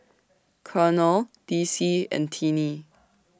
Colonel Dicy and Tinnie